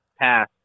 pass